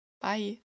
Bye